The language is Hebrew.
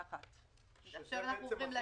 כן?